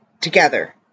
together